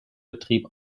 betrieb